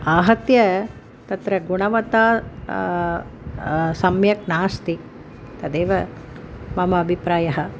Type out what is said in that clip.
आहत्य तत्र गुणवत्ता सम्यक् नास्ति तदेव मम अभिप्रायः